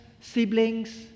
siblings